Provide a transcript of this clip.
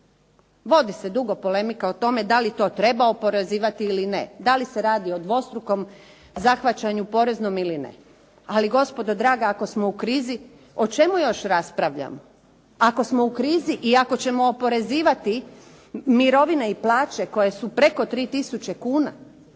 Vodi se dugo polemika o tome da li to treba oporezivati ili ne, da li se radi o dvostrukom zahvaćanju poreznom ili ne. Ali gospodo draga, ako smo u krizu, o čemu još raspravljam? Ako smo u krizi i ako ćemo oporezivati mirovine i plaće koje su preko 3 tisuće kuna,